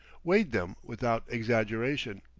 weighed them without exaggeration.